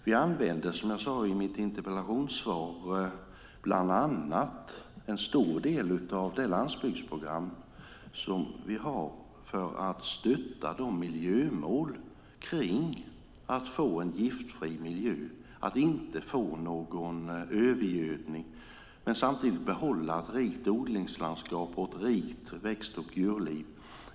Vi använder som jag sade i mitt interpellationssvar bland annat en stor del av det landsbygdsprogram som vi har för att stötta de miljömål vi har för att få en giftfri miljö, för att inte få någon övergödning men samtidigt behålla ett rikt odlingslandskap och ett rikt växt och djurliv.